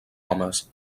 homes